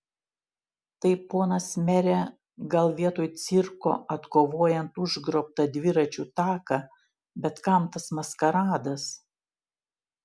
tai ponas mere gal vietoj cirko atkovojant užgrobtą dviračių taką bet kam tas maskaradas